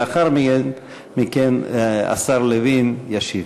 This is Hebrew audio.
לאחר מכן השר לוין ישיב.